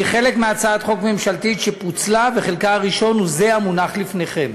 היא חלק מהצעת חוק ממשלתית שפוצלה וחלקה הראשון הוא זה המונח לפניכם.